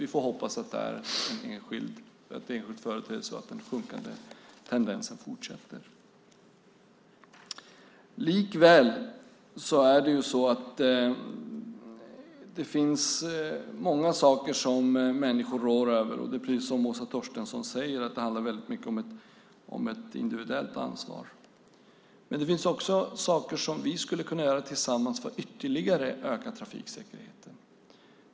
Vi får hoppas att det är en enskild företeelse och att den sjunkande tendensen fortsätter. Det finns många saker som människor rår över. Precis som Åsa Torstensson säger handlar det mycket om ett individuellt ansvar. Men det finns också saker som vi kan göra tillsammans för att ytterligare öka trafiksäkerheten.